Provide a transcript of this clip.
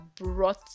brought